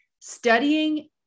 studying